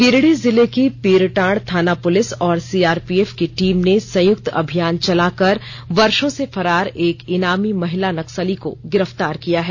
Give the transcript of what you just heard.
गिरिडीह जिले की पीरटांड थाना पुलिस और सीआरपीएफ की टीम ने संयुक्त अभियान चलाकर वर्षो से फरार एक इनामी महिला नक्सर्ली को गिरफ्तार किया है